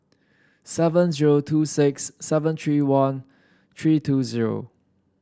seven zero two six seven three one three two zero